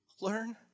learn